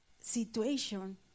situation